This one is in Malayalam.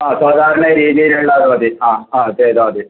ആ സാധാരണ രീതിയിൽ ഉള്ള അത് മതി ആ ആ ചെയ്താൽ മതി